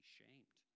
shamed